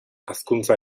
hazkuntza